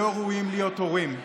לא ראויים להיות הורים,